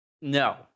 No